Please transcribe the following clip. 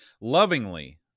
lovingly